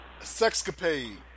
sexcapade